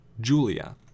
Julia